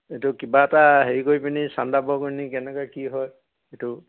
এইটো কিবা এটা হেৰি কৰি পিনি চান্দা বৰঙণি কেনেকৈ কি হয় এইটো